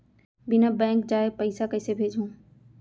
बिना बैंक जाये पइसा कइसे भेजहूँ?